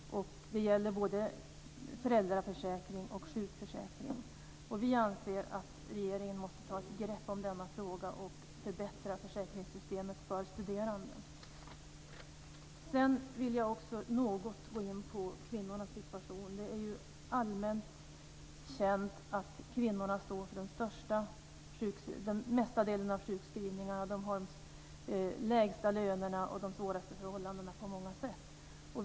Det gäller beträffande både föräldraförsäkring och sjukförsäkring. Vi anser att regeringen måste ta ett grepp över denna fråga och förbättra försäkringssystemet för studerande. Jag vill också något gå in på kvinnornas situation. Det är allmänt känt att kvinnorna står för den största delen av sjukskrivningarna. De har de lägsta lönerna och på många sätt de svåraste förhållandena.